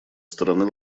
стороны